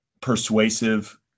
persuasive